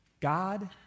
God